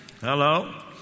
Hello